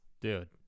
Dude